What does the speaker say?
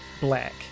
black